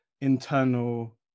internal